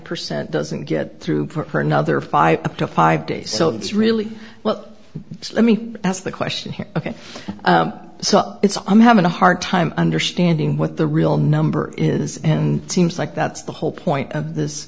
percent doesn't get through for another five to five days so that's really well let me ask the question here ok so it's i'm having a hard time understanding what the real number is and seems like that's the whole point of this